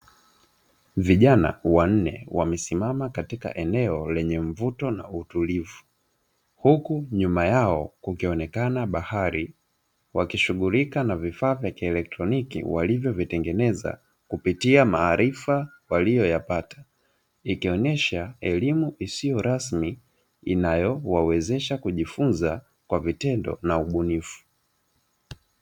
Vijana wanne wamesimama katika eneo lenye mvuto na utulivu, huku nyuma yao kukionekana bahari wakishughulika na vifaa vya kielektroniki walivyovitengeneza kupitia maarifa waliyoyapata, ikionyesha elimu isiyo rasmi inayowawezesha kujifunza kwa vitendo na ubunifu.